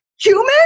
human